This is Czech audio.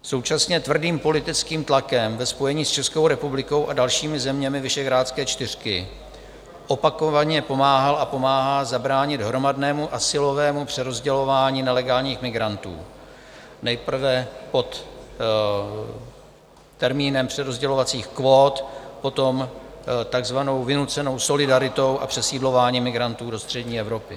Současně tvrdým politickým tlakem ve spojení s Českou republikou a dalšími zeměmi Visegrádské čtyřky opakovaně pomáhal a pomáhá zabránit hromadnému azylovému přerozdělování nelegálních migrantů, nejprve pod termínem přerozdělovacích kvót, potom takzvanou vynucenou solidaritou a přesídlováním migrantů do střední Evropy.